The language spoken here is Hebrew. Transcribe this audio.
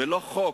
אבל לא לחוק